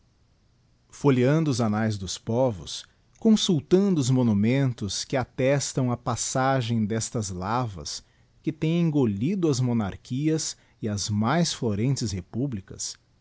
folheando os annaes dos povos consultando os monumentos que attestam a passagem destas lavas que tem engolido as monarchias e as mais florentes republicas